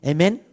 Amen